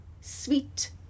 sweet